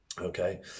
okay